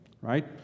right